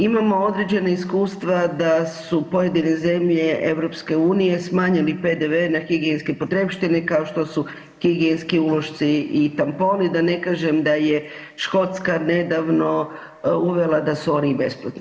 Imamo određena iskustva da su pojedine zemlje EU smanjili PDV na higijenske potrepštine kao što su higijenski ulošci i tamponi, da ne kažem da je Škotska nedavno uvela da su oni i besplatni.